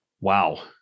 Wow